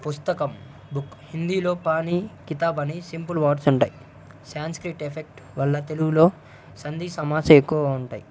పుస్తకం బుక్ హిందీలో పానీ కితాబ్ అని సింపుల్ వర్డ్స్ ఉంటాయి సంస్కృతం ఎఫెక్ట్ వల్ల తెలుగులో సంధీ సమాస ఎక్కువగా ఉంటాయి